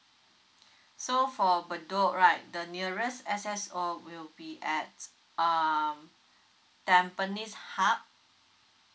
so for bedok right the nearest S_S_O will be at um tampines hub